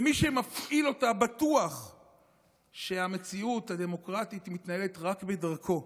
ומי שמפעיל אותה בטוח שהמציאות הדמוקרטית מתנהלת רק בדרכו,